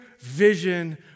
vision